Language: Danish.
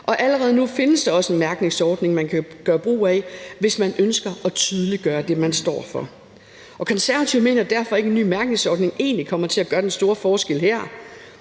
allerede nu findes der også en mærkningsordning, man kan gøre brug af, hvis man ønsker at tydeliggøre det, man står for. Konservative mener derfor ikke, at en ny mærkningsordning egentlig kommer til at gøre den store forskel her.